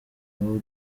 abo